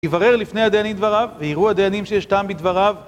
יברר לפני הדיינים דבריו, ויראו הדיינים שיש טעם בדבריו.